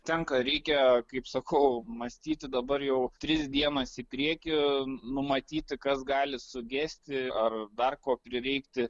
tenka reikia kaip sakau mąstyti dabar jau tris dienas į priekį numatyti kas gali sugesti ar dar ko prireikti